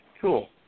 Cool